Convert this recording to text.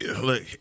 look